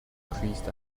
increased